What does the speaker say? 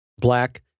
Black